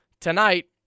tonight